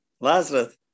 Lazarus